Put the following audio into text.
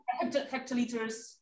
hectoliters